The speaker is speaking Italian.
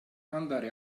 andare